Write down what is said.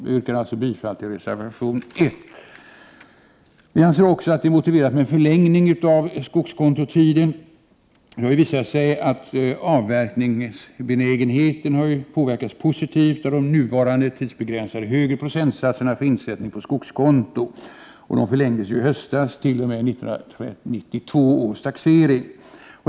Jag yrkar bifall till reservation 1. Vi anser också att det är motiverat med en förlängning av skogskontotiden. Det har ju visat sig att avverkningsbenägenheten har påverkats positivt av de nuvarande tidsbegränsade högre procentsatserna för insättning på skogskonto. Dessa förlängdes i höstas t.o.m. 1992 års taxering.